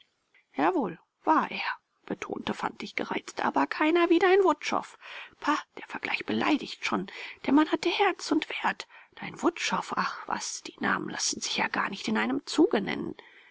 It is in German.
jawohl war er betonte fantig gereizt aber keiner wie dein wutschow pah der vergleich beleidigt schon der mann hatte herz und wert dein wutschow ach was die namen lassen sich ja gar nicht in einem zuge nennen